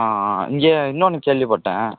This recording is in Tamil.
ஆ ஆ இங்கே இன்னொன்னு கேள்விப்பட்டேன்